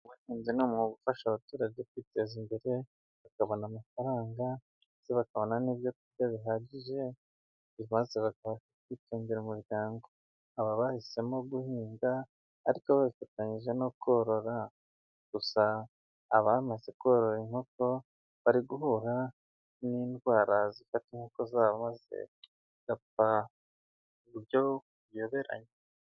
Ubuhinzi ni umwuga ufasha abaturage kwiteza imbere, bakabona amafaranga ndetse bakabona n'ibyo kurya bihagije, bibafasha kwitungira umuryango. Aba bahisemo guhinga ariko bafatanyije no korora, gusa abamaze korora inkoko, bari guhura n'indwara zifata inkoko zabo, zigapfa mu buryo buyoberanye.